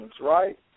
right